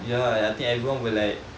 ya I think everyone will like